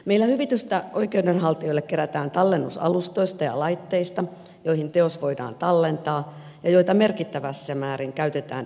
meillä hyvitystä oikeudenhaltijoille kerätään tallennusalustoista ja laitteista joihin teos voidaan tallentaa ja joita merkittävissä määrin käytetään yksityiseen käyttöön